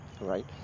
right